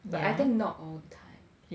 but I think not all the time